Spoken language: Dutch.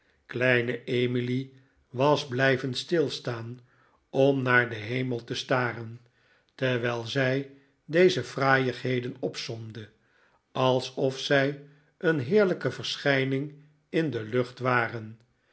kleine emily was blijveri stilstaan om naar den hemel te staren terwijl zij deze fraaiigheden opsomde alsof zij een heerlijke verschijning in de lucht waren